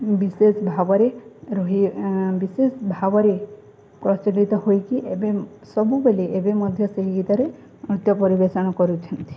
ବିଶେଷ ଭାବରେ ରହି ବିଶେଷ ଭାବରେ ପ୍ରଚଳିତ ହୋଇକି ଏବେ ସବୁବେଳେ ଏବେ ମଧ୍ୟ ସେହି ଗୀତରେ ନୃତ୍ୟ ପରିବେଷଣ କରୁଛନ୍ତି